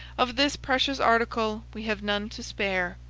of this precious article we have none to spare.